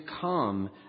come